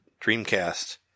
Dreamcast